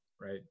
right